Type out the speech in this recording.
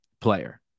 player